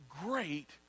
great